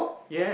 yes